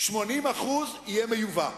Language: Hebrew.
80% יהיו מיובאים.